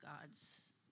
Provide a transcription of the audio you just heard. God's